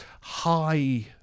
high